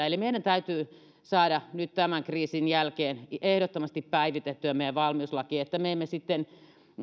eli meidän täytyy saada nyt tämän kriisin jälkeen ehdottomasti päivitettyä meidän valmiuslaki niin että me emme sitten